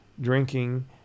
drinking